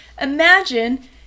Imagine